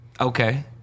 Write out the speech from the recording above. okay